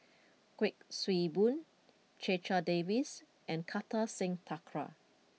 Kuik Swee Boon Checha Davies and Kartar Singh Thakral